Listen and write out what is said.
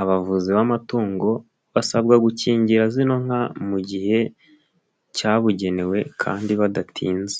abavuzi b'amatungo basabwa gukingira zino nka mu gihe cyabugenewe kandi badatinze.